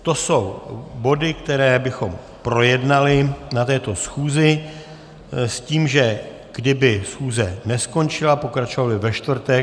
To jsou body, které bychom projednali na této schůzi, s tím že kdyby schůze neskončila, pokračovala by ve čtvrtek.